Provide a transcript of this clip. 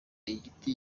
igiti